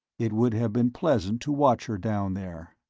it would have been pleasant to watch her down there.